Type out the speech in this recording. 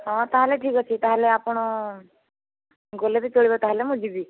ହଁ ତା'ହେଲେ ଠିକ୍ ଅଛି ତା'ହେଲେ ଆପଣ ଗଲେ ବି ଚଳିବ ତା'ହେଲେ ମୁଁ ଯିବି